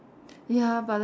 ya but then